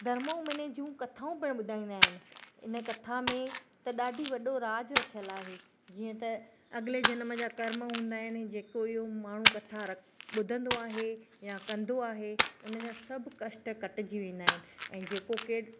धर्माऊ महिने जूं कथाऊं पिणु ॿुधाईंदा आहिनि हिन कथा में त ॾाढी वॾो राज रखियलु आहे जीअं त अॻिले जन्म जा कर्म हूंदा आहिनि जेको इहो माण्हू कथा ॿुधंदो आहे या कंदो आहे हुन जा सभु कष्ट कटिजी वेंदा आहिनि ऐं जेको केड